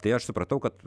tai aš supratau kad